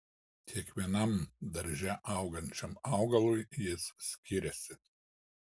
kiekvienam darže augančiam augalui jis skiriasi